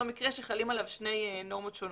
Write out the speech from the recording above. מקרה שחלים עליו שתי נורמות שונות.